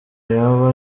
yaba